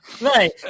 Right